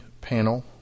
panel